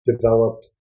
developed